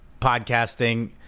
podcasting